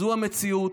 זו המציאות.